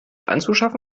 anzuschaffen